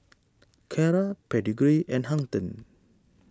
Kara Pedigree and Hang ten